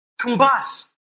combust